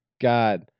God